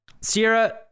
Sierra